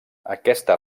aquesta